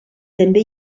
també